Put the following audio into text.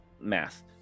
math